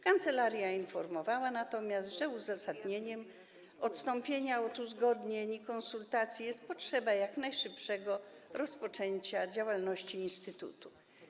Kancelaria informowała natomiast, że uzasadnieniem odstąpienia od uzgodnień i konsultacji jest potrzeba jak najszybszego rozpoczęcia działalności instytutu.